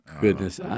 goodness